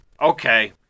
Okay